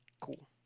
Cool